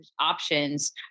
options